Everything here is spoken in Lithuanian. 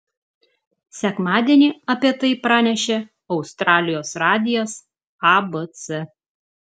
sekmadienį apie tai pranešė australijos radijas abc